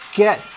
get